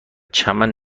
چمن